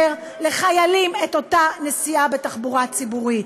לחיילים את אותה נסיעה בתחבורה ציבורית.